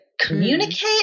communicate